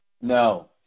No